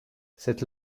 cette